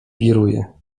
wiruje